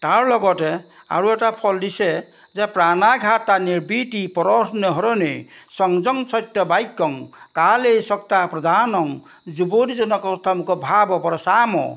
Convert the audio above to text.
তাৰ লগতে আৰু এটা ফল দিছে যে প্ৰাণাঘাটা নিৰ্বিতি পৰহ্ণে শৰণেই সংযম সত্য বাক্যং কালেই সক্তা প্ৰধানং যুৱৰ্জনকো উত্তম ভাৱ পৰচাম